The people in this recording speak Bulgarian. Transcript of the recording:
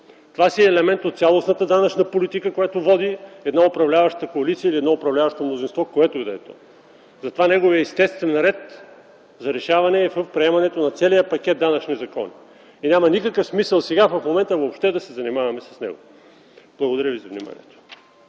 Това е елемент от цялостната данъчна политика, която води една управляваща коалиция или едно управляващо мнозинство, което и да е то. Неговият естествен ред за решаване е при приемането на целия пакет от данъчни закони. Няма никакъв смисъл сега в момента въобще да се занимаваме с него! Благодаря ви за вниманието.